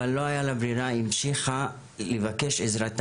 אבל לא היה לה ברירה, היא המשיכה לבקש את עזרתם,